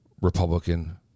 Republican